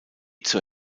zur